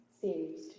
seems